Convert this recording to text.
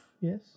yes